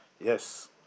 Yes